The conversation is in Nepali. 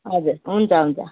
हजुर हुन्छ हुन्छ